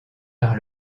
par